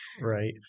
Right